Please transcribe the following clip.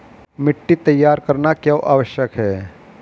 मिट्टी तैयार करना क्यों आवश्यक है?